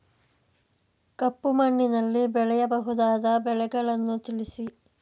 ಕಪ್ಪು ಮಣ್ಣಿನಲ್ಲಿ ಬೆಳೆಯಬಹುದಾದ ಬೆಳೆಗಳನ್ನು ತಿಳಿಸಿ?